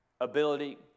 ability